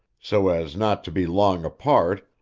so as not to be long apart,